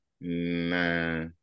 Nah